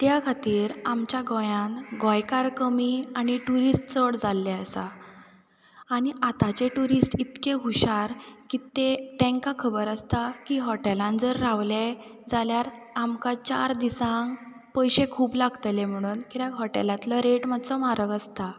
त्या खातीर आमच्या गोंयांत गोंयकार कमी आनी ट्युरिस्ट चड जाल्ले आसा आनी आतांचे ट्युरिस्ट इतके हुशार की ते तेंकां खबर आसता की हॉटेलान जर रावले जाल्यार आमकां चार दिसांक पयशे खूब लागतले म्हणोन कित्याक हॉटेलांतलो रेट मातसो म्हारग आसता